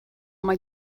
mai